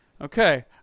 Okay